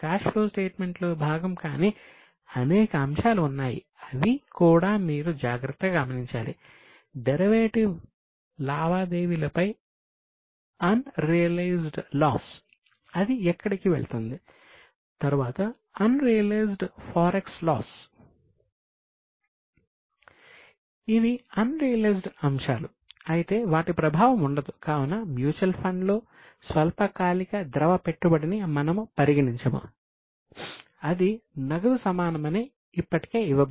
cash flow statement ఇవి అన్ రియలైజ్డ్లో స్వల్పకాలిక ద్రవ పెట్టుబడిని మనము పరిగణించము అది నగదు సమానమని ఇప్పటికే ఇవ్వబడింది